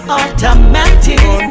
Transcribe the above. automatic